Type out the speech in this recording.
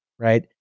right